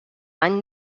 any